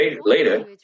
later